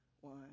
One